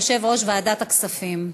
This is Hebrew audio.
יושב-ראש ועדת הכספים.